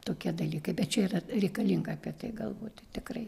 tokie dalykai bet čia yra reikalinga apie tai galvoti tikrai